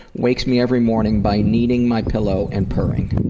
wakes me every morning by kneading my pillow and purring.